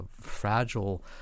fragile